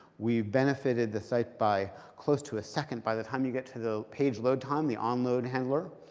we've benefited the site by close to a second. by the time you get to the page load time, the onload handler,